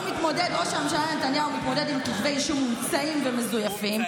ראש הממשלה נתניהו מתמודד עם כתבי אישום מומצאים ומזויפים,